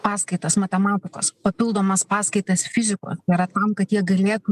paskaitas matematikos papildomas paskaitas fizikos tai yra tam kad jie galėtų